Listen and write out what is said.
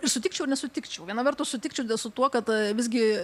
ir sutikčiau ir nesutikčiau viena vertus sutikčiau su tuo kad visgi